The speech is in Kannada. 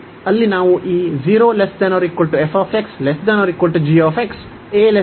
ಅಲ್ಲಿ ನಾವು ಈ ಅನ್ನು ತೆಗೆದುಕೊಳ್ಳುತ್ತೇವೆ